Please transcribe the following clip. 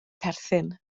perthyn